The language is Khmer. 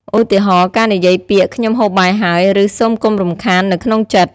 ឧទាហរណ៍៖ ការនិយាយពាក្យ ខ្ញុំហូបបាយហើយ ឬសូមកុំរំខាន នៅក្នុងចិត្ត ។